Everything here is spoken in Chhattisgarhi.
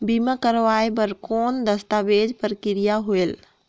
बीमा करवाय बार कौन दस्तावेज प्रक्रिया होएल?